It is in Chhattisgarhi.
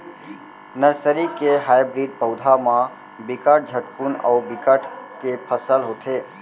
नरसरी के हाइब्रिड पउधा म बिकट झटकुन अउ बिकट के फसल होथे